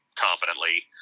confidently